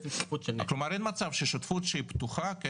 כלומר אין מצב ששותפות שהיא פתוחה היא